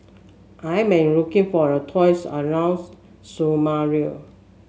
I may looking for a tours around Somalia